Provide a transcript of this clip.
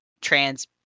trans